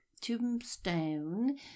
Tombstone